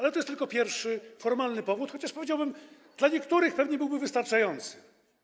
Jest to jednak tylko pierwszy formalny powód, chociaż, powiedziałbym, dla niektórych pewnie byłby on wystarczający.